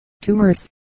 tumors